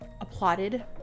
applauded